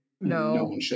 No